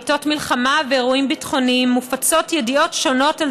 בעיתות מלחמה ואירועים ביטחוניים מופצות ידיעות שונות על